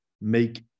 make